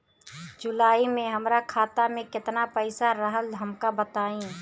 जुलाई में हमरा खाता में केतना पईसा रहल हमका बताई?